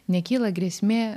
nekyla grėsmė